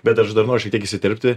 bet aš dar noriu šiek tiek įsiterpti